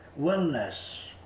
wellness